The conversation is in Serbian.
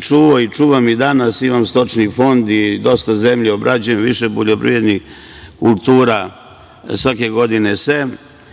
čuvao i čuvam i danas. Imam stočni fond i dosta zemlje obrađujem, više poljoprivrednih kultura svake godine